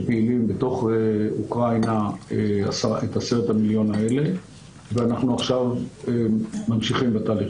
שפעילים בתוך אוקראינה את 10 המיליון האלה ואנחנו עכשיו ממשיכים בתהליך,